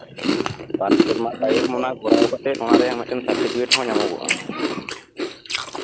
ᱵᱟᱨ ᱥᱮᱨᱢᱟ ᱛᱟᱭᱚᱢ ᱠᱚᱨᱟᱣ ᱠᱟᱛᱮᱜ ᱚᱱᱟ ᱨᱮᱭᱟᱜ ᱢᱤᱫᱴᱮᱱ ᱥᱟᱨᱴᱚᱯᱷᱤᱠᱮᱴ ᱦᱚᱸ ᱧᱟᱢᱚᱜ ᱜᱚᱜᱼᱟ